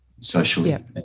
socially